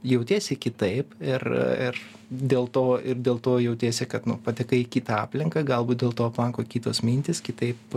jautiesi kitaip ir ir dėl to ir dėl to jautiesi kad nu patekai į kitą aplinką galbūt dėl to aplanko kitos mintys kitaip